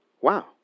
Wow